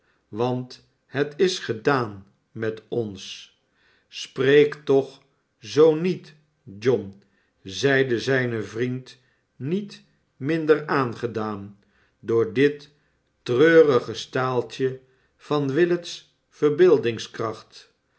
want het is gedaan met ons spreek toch zoo niet john zeide zijn vnend met minder aangedaan door dit treurige staaltje van willet's